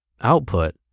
Output